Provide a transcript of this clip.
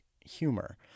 humor